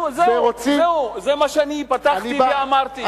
זה מה שפתחתי ואמרתי.